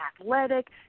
athletic